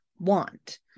Want